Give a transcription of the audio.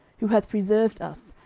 who hath preserved us,